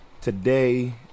today